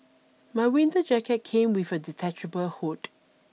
my winter jacket came with a detachable hood